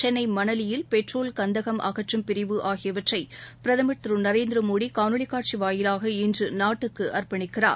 சென்னைமணலியில்பெட்ரோல் பிரிவு கந்தகம் அகற்றும் ஆகியவற்றைபிரதமர்திருநரேந்திரமோடிகாணொலிகாட்சிவாயிலாக இன்றுநாட்டுக்குஅர்ப்பணிக்கிறார்